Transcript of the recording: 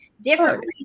different